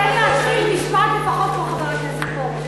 תן לי להתחיל משפט לפחות כמו חבר הכנסת פרוש.